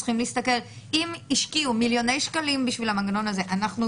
אם השקיעו מיליוני שקלים בשביל המנגנון הזה אנחנו